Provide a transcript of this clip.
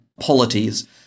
polities